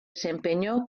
desempeñó